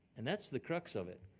and that's the crux of it.